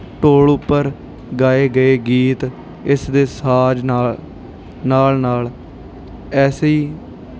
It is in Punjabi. ਢੋਲ ਉੱਪਰ ਗਾਏ ਗਏ ਗੀਤ ਇਸ ਦੇ ਸਾਜ਼ ਨਾਲ ਨਾਲ ਨਾਲ ਐਸੇ ਹੀ